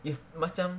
it's macam